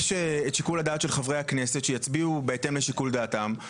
יש את שיקול הדעת של חברי הכנסת שיצביעו בהתאם לשיקול דעתם,